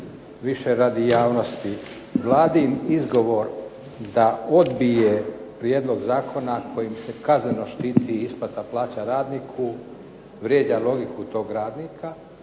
više radi javnosti, Vladin izgovor da odbije prijedlog zakona kojim se kazneno štiti isplata plaću radnika vrijeđa logiku tog radnika,